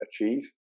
achieve